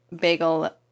bagel